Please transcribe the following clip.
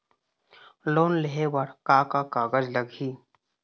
Loan लेहे बर का का कागज लगही?